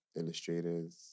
illustrators